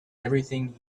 everything